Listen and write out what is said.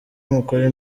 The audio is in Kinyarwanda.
mukore